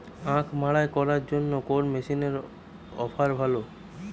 আখ মাড়াই করার জন্য কোন মেশিনের অফার ভালো?